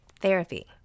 Therapy